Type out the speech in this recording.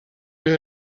you